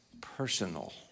personal